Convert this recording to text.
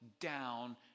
down